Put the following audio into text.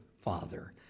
father